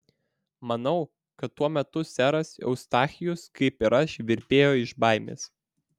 manau kad tuo metu seras eustachijus kaip ir aš virpėjo iš baimės